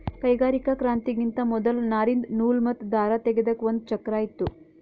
ಕೈಗಾರಿಕಾ ಕ್ರಾಂತಿಗಿಂತಾ ಮೊದಲ್ ನಾರಿಂದ್ ನೂಲ್ ಮತ್ತ್ ದಾರ ತೇಗೆದಕ್ ಒಂದ್ ಚಕ್ರಾ ಇತ್ತು